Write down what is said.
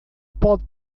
pode